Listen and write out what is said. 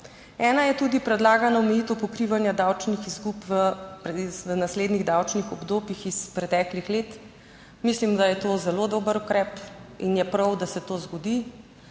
Ena je tudi predlagana omejitev pokrivanja davčnih izgub v naslednjih davčnih obdobjih iz preteklih let. Mislim, da je to zelo dober ukrep in je prav, da se to zgodi.